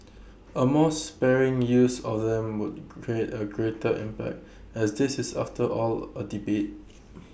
A more sparing use of them would create A greater impact as this is after all A debate